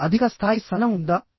మీకు అధిక స్థాయి సహనం ఉందా